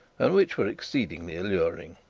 and which were exceedingly alluring.